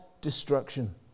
destruction